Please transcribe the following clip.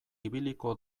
ibiliko